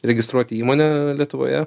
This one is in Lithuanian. registruoti įmonę lietuvoje